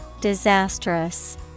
Disastrous